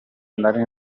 andare